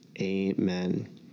Amen